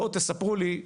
בואו תספרו לי,